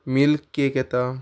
milk cake येता